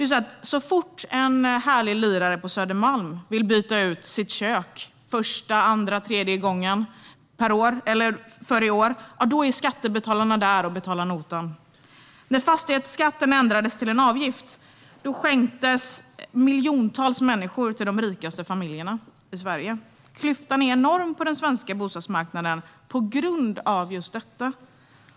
Så fort en härlig lirare på Södermalm vill byta ut sitt kök för första, andra eller tredje gången på ett år är skattebetalarna där och står för notan. När fastighetsskatten ändrades till en avgift skänktes miljontals kronor till de rikaste familjerna i Sverige. Klyftan är enorm på den svenska bostadsmarknaden på grund av just detta.